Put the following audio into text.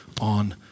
on